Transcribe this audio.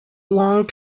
long